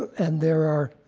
and there are